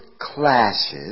clashes